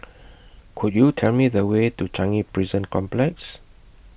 Could YOU Tell Me The Way to Changi Prison Complex